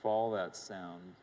fall that sound